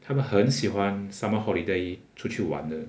他们很喜欢 summer holiday 出去玩的